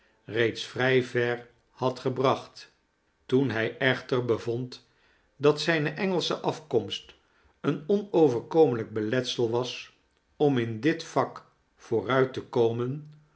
reeds vrij ver had gebracht toen hij echter bevond dat zijne engelsche af komst een onoverkomelijk beletsel was om in dit vak vooruit te komen